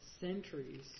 centuries